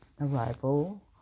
arrival